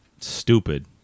Stupid